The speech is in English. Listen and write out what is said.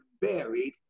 buried